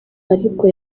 ariko